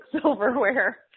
silverware